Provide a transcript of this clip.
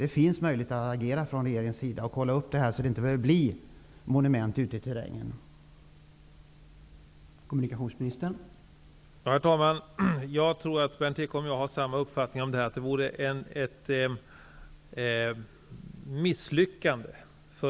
Det finns möjligheter för regeringen att agera och att kolla upp det här, just för att undvika att vi får monument av nämnda slag ute i terrängen.